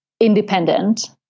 independent